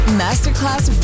masterclass